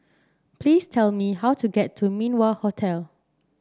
please tell me how to get to Min Wah Hotel